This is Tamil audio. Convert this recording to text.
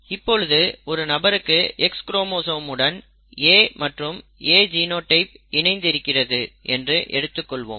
இப்பொழுது ஒரு நபருக்கு X குரோமோசோம் உடன் A மற்றும் A ஜினோடைப் இணைந்து இருக்கிறது என்று எடுத்துக்கொள்வோம்